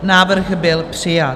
Návrh byl přijat.